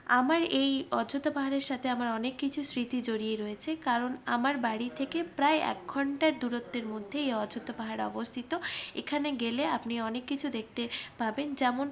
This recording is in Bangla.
আমার এই অযোধ্যা পাহাড়ের সাথে আমার অনেক কিছু স্মৃতি জড়িয়ে রয়েছে কারণ আমার বাড়ি থেকে প্রায় এক ঘণ্টার দূরত্বের মধ্যে এই অযোধ্যা পাহাড় অবস্থিত এখানে গেলে আপনি অনেক কিছু দেখতে পাবেন যেমন